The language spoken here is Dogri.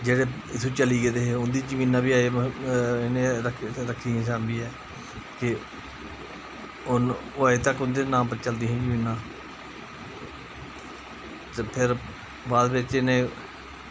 जेह्ड़े इत्थूं चली गेदे हे उं'दी जमीनां बी इ'नैं रक्खियां सांभियै कि ओह् अज्जें तक उं'दे नांऽ पर चलदियां हां उं'दियां जमीनां ते फिर बाद बिच्च इ'नैं